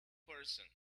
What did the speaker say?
person